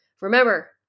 Remember